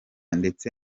ndetse